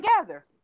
together